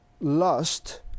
lust